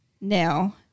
now